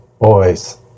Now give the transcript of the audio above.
boys